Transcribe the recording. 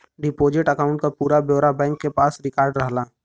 deposit account क पूरा ब्यौरा बैंक के पास रिकार्ड रहला